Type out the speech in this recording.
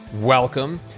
welcome